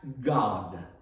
God